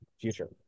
future